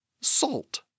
Salt